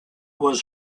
was